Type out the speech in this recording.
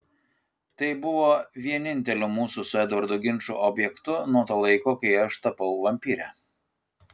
tai buvo vieninteliu mūsų su edvardu ginčų objektu nuo to laiko kai aš tapau vampyre